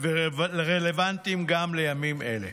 ורלוונטיים גם לימים אלה: